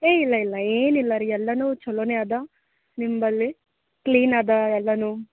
ಏ ಇಲ್ಲ ಇಲ್ಲ ಏನಿಲ್ಲ ರೀ ಎಲ್ಲ ಛಲೋನೇ ಅದ ನಿಮ್ಮಲ್ಲಿ ಕ್ಲೀನ್ ಅದ ಎಲ್ಲಾ